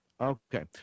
Okay